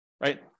right